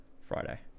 Friday